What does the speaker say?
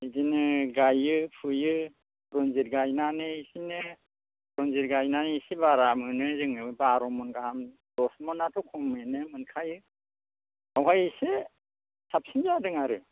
बिदिनो गायो फुयो रनजित गायनानै एसेनो रनजित गायनानै एसे बारा मोनो जोङो बार' मन गाहाम दसमनाथ' खमैनो मोनखायो बावहाय इसे साबसिन जादों आरो